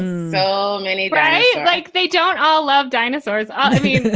you know many bright, like they don't all love dinosaurs. um